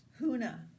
Huna